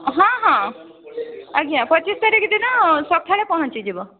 ହଁ ହଁ ଆଜ୍ଞା ପଚିଶ ତାରିଖ ଦିନ ସକାଳେ ପହଞ୍ଚିଯିବ